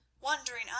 wondering